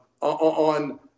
on